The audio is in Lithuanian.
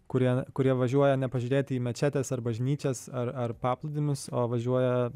kurie kurie važiuoja ne pažiūrėti į mečetes ar bažnyčias ar paplūdimius o važiuoja